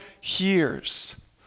hears